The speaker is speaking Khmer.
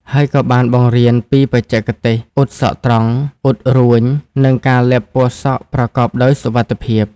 ហើយក៏បានបង្រៀនពីបច្ចេកទេសអ៊ុតត្រង់ អ៊ុតរួញ និងការលាបពណ៌សក់ប្រកបដោយសុវត្ថិភាព។